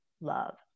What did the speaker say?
love